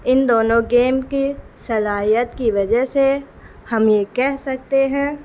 ان دونوں گیم کی صلاحیت کی وجہ سے ہم یہ کہہ سکتے ہیں